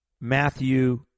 Matthew